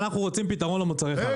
אנחנו רוצים פתרון למוצרי חלב.